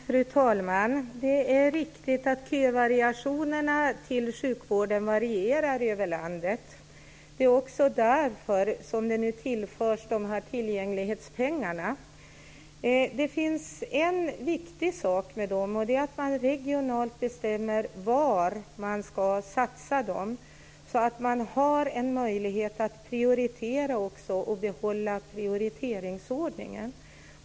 Fru talman! Det är riktigt att köerna till sjukvården varierar över landet. Det är också därför som tillgänglighetspengarna nu tillförs. Det finns en viktig sak med dem, och det är att man regionalt bestämmer var man ska satsa dem, så att man har en möjlighet att prioritera och också behålla prioriteringsordningen.